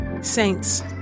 Saints